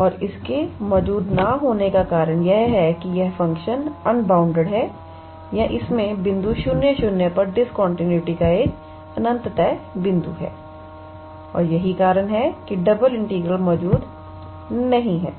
और इसके मौजूद न होने का कारण यह है कि यह फ़ंक्शन अनबाउंड है या इसमें बिंदु 00 पर डिस्कंटीन्यूटी का एक अनंत बिंदु है और यही कारण है कि डबल इंटीग्रल मौजूद नहीं है